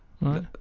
Right